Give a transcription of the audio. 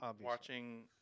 watching